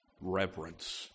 reverence